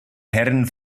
herren